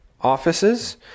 offices